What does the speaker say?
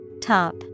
Top